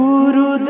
Guru